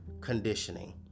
conditioning